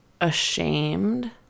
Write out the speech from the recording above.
ashamed